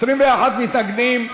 21 מתנגדים,